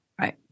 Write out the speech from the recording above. right